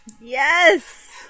Yes